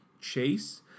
chase